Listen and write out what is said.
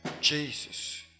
Jesus